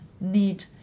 need